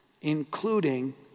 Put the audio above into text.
including